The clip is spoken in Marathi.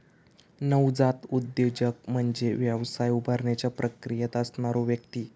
नवजात उद्योजक म्हणजे व्यवसाय उभारण्याच्या प्रक्रियेत असणारो व्यक्ती